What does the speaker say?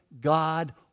God